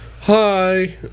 hi